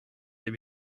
they